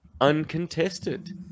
uncontested